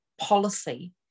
policy